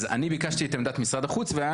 אז אני ביקשתי את עמדת משרד החוץ והיה